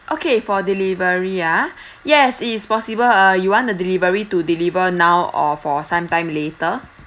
okay for delivery ah yes it is possible uh you want the delivery to deliver now or for sometime later